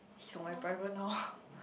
he's on like private now